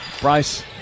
Bryce